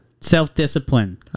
self-discipline